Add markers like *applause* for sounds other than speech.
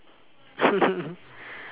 *laughs*